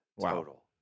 total